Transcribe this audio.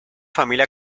familia